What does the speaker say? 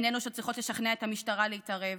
הן אלו שצריכות לשכנע את המשטרה להתערב,